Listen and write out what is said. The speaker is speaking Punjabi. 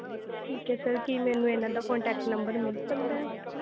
ਠੀਕ ਹੈ ਸਰ ਕੀ ਮੈਨੂੰ ਇਹਨਾਂ ਦਾ ਕੋਨਟੈਕਟ ਨੰਬਰ ਮਿਲ ਸਕਦਾ ਹੈ